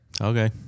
okay